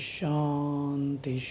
Shanti